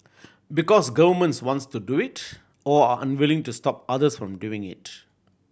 because governments wants to do it or are unwilling to stop others from doing it